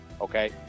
okay